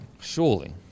Surely